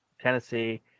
Tennessee